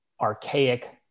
archaic